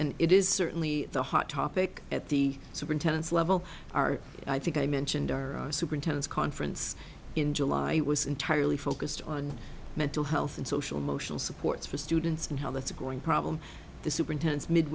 and it is certainly the hot topic at the superintendent's level are i think i mentioned our superintendents conference in july was entirely focused on mental health and social motional supports for students and how that's a growing problem the superintends mid